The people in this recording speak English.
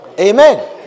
Amen